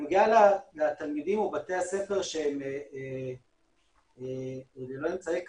בנוגע לתלמידים ולבתי הספר שהם ללא אמצעי קצה,